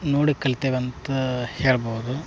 ನೋಡಿ ಕಲ್ತೆವಂತಾ ಹೇಳ್ಬೌದು